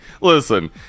listen